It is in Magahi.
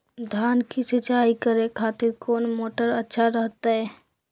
धान की सिंचाई करे खातिर कौन मोटर अच्छा रहतय?